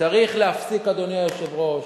צריך להפסיק, אדוני היושב-ראש,